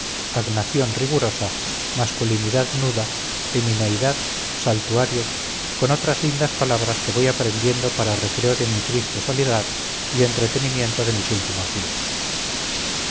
agnación rigurosa masculinidad nuda emineidad saltuario con otras lindas palabras que voy aprendiendo para recreo de mi triste soledad y entretenimiento de mis últimos días